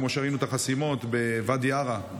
כמו שראינו את החסימות בוואדי עארה,